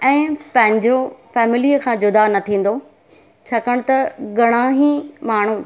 ऐं पंहिंजो फेमेलीअ खां जुदा न थींदो छाकाणि त घणा ई माण्हू